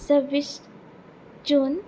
सव्वीस जून